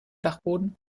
dachboden